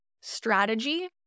strategy